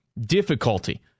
difficulty